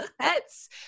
pets